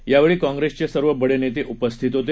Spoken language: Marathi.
यावेळी काँग्रेसचे सर्व बडे नेते उपस्थित होते